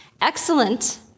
Excellent